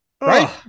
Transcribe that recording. right